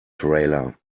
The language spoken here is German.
trailer